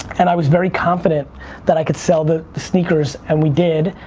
and i was very confident that i could sell the the sneakers and we did,